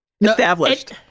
Established